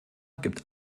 gibt